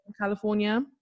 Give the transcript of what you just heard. California